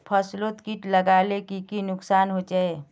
फसलोत किट लगाले की की नुकसान होचए?